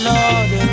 Lord